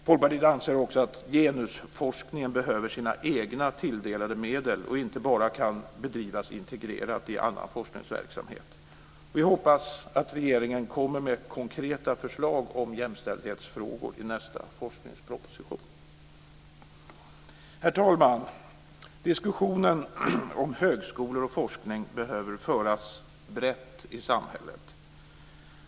Folkpartiet anser också att genusforskningen behöver sina egna tilldelade medel och inte enbart kan bedrivas integrerad i annan forskningsverksamhet. Vi hoppas att regeringen kommer med konkreta förslag om jämställdhetsfrågor i nästa forskningsproposition. Herr talman! Diskussionen om högskolor och forskning behöver föras brett i samhället.